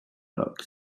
logs